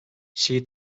she